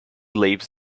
leaves